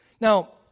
Now